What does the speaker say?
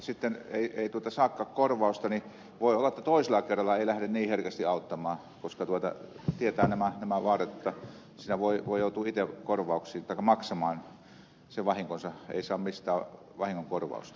jos sitten ei saakaan korvausta niin voi olla että toisella kerralla ei lähde niin herkästi auttamaan koska tietää nämä vaarat että siinä voi joutua itse korvauksiin taikka maksamaan sen vahinkonsa ei saa mistään vahingonkorvausta